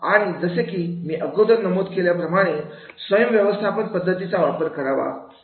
आणि जसे की मी अगोदर नमूद केल्याप्रमाणे स्वयंम व्यवस्थापन पद्धतीचा वापर करावा